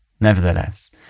Nevertheless